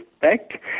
back